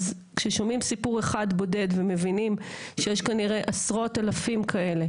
אז כששומעים סיפור אחד בודד ומבינים שיש כנראה עשרות אלפים כאלה